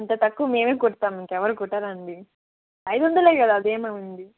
అంత తక్కువ మేము కుడుతాం ఇంకెవరు కుట్టరండి ఐదు వందలు కదా అది ఏమి